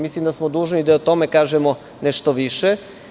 Mislim da smo dužni da i o tome kažemo nešto više.